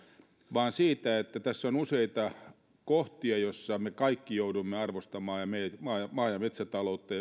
vaan siitä että tässä on useita kohtia joissa me kaikki joudumme arvostamaan maa ja metsätaloutta